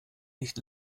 nicht